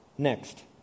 Next